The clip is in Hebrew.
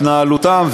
התנהלותן,